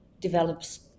develops